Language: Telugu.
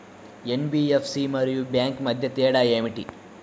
ఎన్.బీ.ఎఫ్.సి మరియు బ్యాంక్ మధ్య తేడా ఏమిటి?